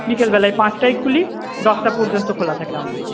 বিকেলবেলায় পাঁচটায় খুলি দশটা পর্যন্ত খোলা থাকে আমাদের